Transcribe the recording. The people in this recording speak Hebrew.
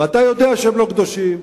ואתה יודע שהם לא קדושים,